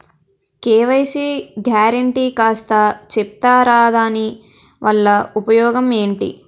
KYC guarantee కాస్త చెప్తారాదాని వల్ల ఉపయోగం ఎంటి?